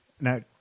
Now